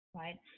right